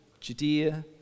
Judea